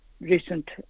recent